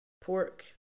pork